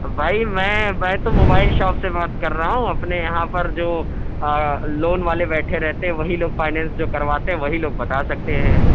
بھائی میں میں تو موبائل شاپ سے بات کر رہا ہوں اپنے یہاں پر جو لون والے بیٹھے رہتے وہی لوگ فائنینس جو کرواتے ہیں وہی لوگ بتا سکتے ہیں